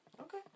Okay